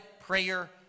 prayer